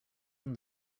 from